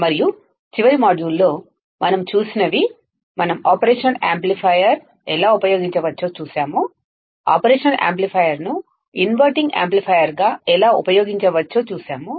మరియు చివరి మాడ్యూల్లో మనం ఏమి చూసామంటే మనం ఆపరేషనల్ యాంప్లిఫైయర్ను ఎలా ఉపయోగించవచ్చో చూశాము ఆపరేషనల్ యాంప్లిఫైయర్ను ఇన్వర్టింగ్ యాంప్లిఫైయర్గా ఎలా ఉపయోగించవచ్చో చూశాము